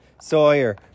Sawyer